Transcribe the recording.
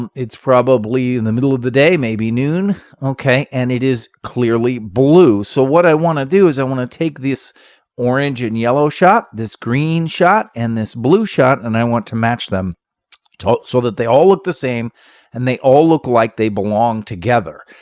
um it's probably in the middle of the day. maybe noon, and it is clearly blue. so what i want to do is i want to take this orange and yellow shot, this green shot and this blue shot and i want to match them so that they all look the same and they all look like they belong together.